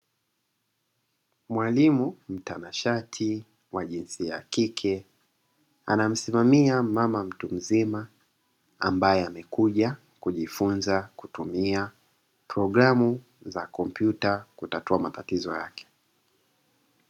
Mwalimu mtanashati wa jinsia ya kike, anamsimamia mmama mtu mzima, ambae amekuja kujifunza kutumia programu za kompyuta kutatua matatizo yake.